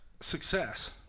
Success